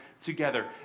together